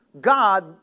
God